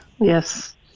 yes